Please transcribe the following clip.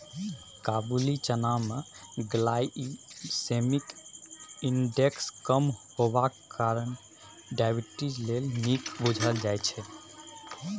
काबुली चना मे glycaemic index कम हेबाक कारणेँ डायबिटीज लेल नीक बुझल जाइ छै